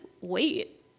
wait